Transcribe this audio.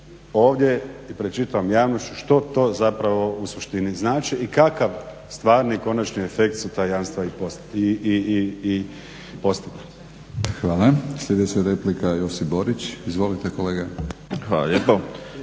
ovdje i pred čitavom javnošću što to zapravo u suštini znači i kakav stvarni i konačni efekt su ta jamstva i postigla. **Batinić, Milorad (HNS)** Hvala. Sljedeća replika Josip Borić. Izvolite kolega. **Borić,